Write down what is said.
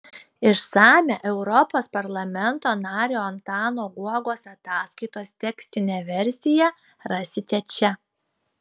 išsamią europos parlamento nario antano guogos ataskaitos tekstinę versiją rasite čia